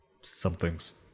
Something's